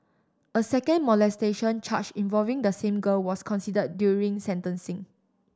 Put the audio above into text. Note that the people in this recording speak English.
a second molestation charge involving the same girl was considered during sentencing